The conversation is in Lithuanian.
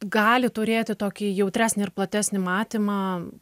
gali turėti tokį jautresnį ir platesnį matymą